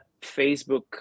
Facebook